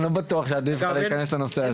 אני לא בטוח שעדיף להיכנס לנושא הזה.